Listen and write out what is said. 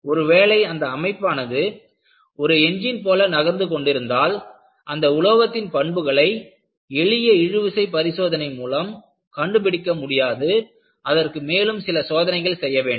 ஒருவேளை அமைப்பானது ஒரு என்ஜின் போல நகர்ந்து கொண்டிருந்தால் அந்த உலோகத்தின் பண்புகளை எளிய இழுவிசை பரிசோதனை மூலம் கண்டுபிடிக்க முடியாது அதற்கு மேலும் சில சோதனைகள் செய்ய வேண்டும்